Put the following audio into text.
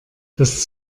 das